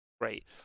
great